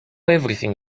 everything